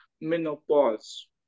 menopause